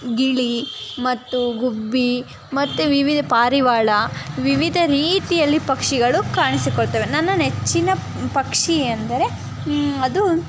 ಗಿಳಿ ಮತ್ತು ಗುಬ್ಬಿ ಮತ್ತು ವಿವಿಧ ಪಾರಿವಾಳ ವಿವಿಧ ರೀತಿಯಲ್ಲಿ ಪಕ್ಷಿಗಳು ಕಾಣಿಸಿಕೊಳ್ತವೆ ನನ್ನ ನೆಚ್ಚಿನ ಪಕ್ಷಿ ಎಂದರೆ ಅದು